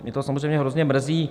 Mě to samozřejmě hrozně mrzí.